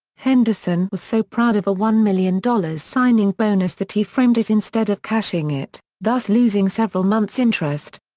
henderson was so proud of a one million dollars signing bonus that he framed it instead of cashing it, thus losing several months' interest.